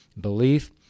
belief